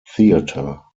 theatre